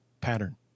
pattern